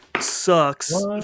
sucks